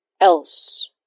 else